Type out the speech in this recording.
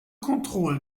contrôle